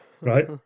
right